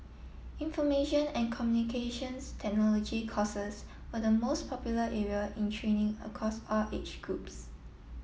information and Communications Technology courses were the most popular area in training across all age groups